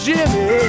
Jimmy